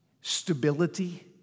stability